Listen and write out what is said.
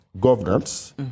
governance